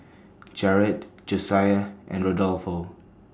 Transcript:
Jerad Josiah and Rodolfo